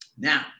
Now